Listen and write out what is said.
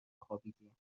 خوابیدیم